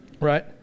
right